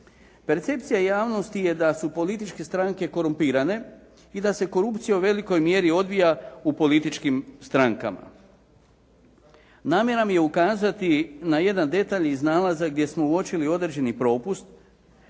Percepcija javnosti je da su političke stranke korumpirane i da se korupcija u velikoj mjeri odvija u političkim strankama. Namjera mi je ukazati na jedan detalj iz nalaza gdje smo uočili određeni propust,